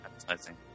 advertising